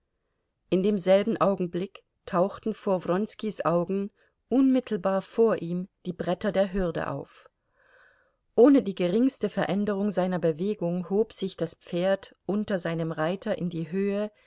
in demselben augenblick tauchten vor wronskis augen unmittelbar vor ihm die bretter der hürde auf ohne die geringste veränderung seiner bewegung hob sich das pferd unter seinem reiter in die höhe